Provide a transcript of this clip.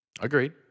Agreed